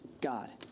God